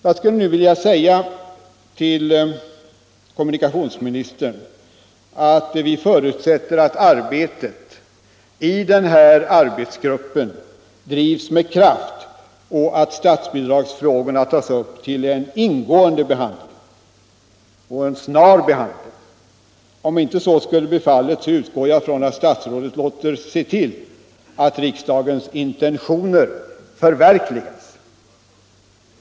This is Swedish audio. Jag skulle nu vilja säga till kommunikationsministern att vi förutsätter att arbetet i denna arbetsgrupp drivs med kraft och att statsbidragsfrågorna tas upp till ingående och snar behandling. Om inte så skulle bli fallet, utgår jag från att statsrådet låter se till att riksdagens intentioner förverkligas.